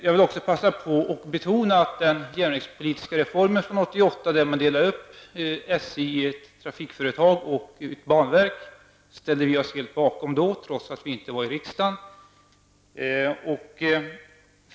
Jag vill också passa på att betona att vi, trots att vi då inte var representerade i riksdagen, helt ställde oss bakom den järnvägspolitiska reformen 1988, då man delade upp SJ i ett trafikföretag och ett banverk.